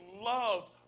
love